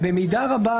במידה רבה,